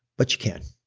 but you can,